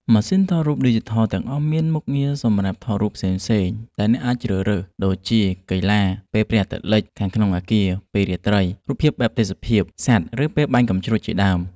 ម៉ាស៊ីនថតរូបឌីជីថលទាំងអស់មានមុខងារសម្រាប់ថតរូបផ្សេងៗ ដែលអ្នកអាចជ្រើស រើសដូចជា កីឡា ពេលព្រះអាទិត្យលិច ខាងក្នុងអគារ ពេលរាត្រី រូបភាពបែបទេសភាព សត្វ ឬពេលបាញ់កាំជ្រួចជាដើម។